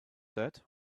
that